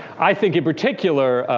i think, in particular,